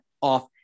off